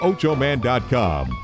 OchoMan.com